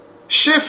shift